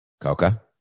Coca